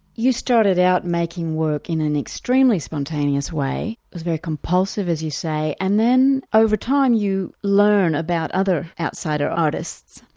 you started out making work in an extremely spontaneous way, it was very compulsive as you say and then over time you learn about other outsider artists,